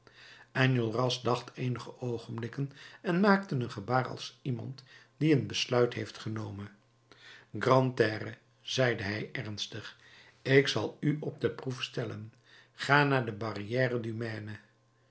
enjolras dacht eenige oogenblikken en maakte een gebaar als iemand die een besluit heeft genomen grantaire zeide hij ernstig ik zal u op de proef stellen ga naar de barrière du maine